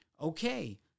okay